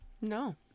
No